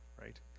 right